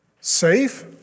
safe